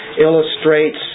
illustrates